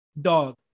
Dog